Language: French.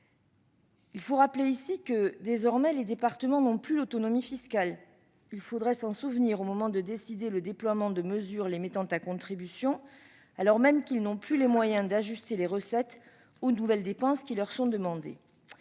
de rappeler que, désormais, les départements ne disposent plus de l'autonomie fiscale. Il faudrait s'en souvenir au moment de décider le déploiement de mesures les mettant à contribution, alors même qu'ils n'ont plus les moyens d'ajuster les recettes aux nouvelles dépenses qui leur sont imposées